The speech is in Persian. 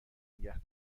نگه